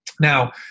Now